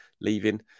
leaving